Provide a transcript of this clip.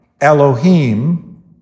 Elohim